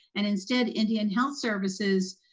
and instead indian health services,